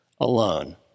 alone